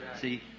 See